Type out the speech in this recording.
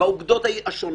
באוגדות השונות,